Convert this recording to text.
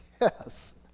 Yes